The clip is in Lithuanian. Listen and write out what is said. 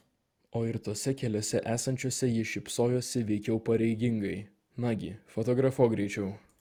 o ir tose keliose esančiose ji šypsojosi veikiau pareigingai nagi fotografuok greičiau